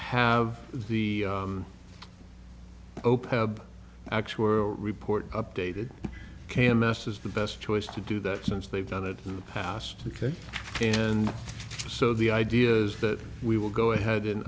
have the opec actual report updated k m s is the best choice to do that since they've done it in the past ok and so the idea is that we will go ahead an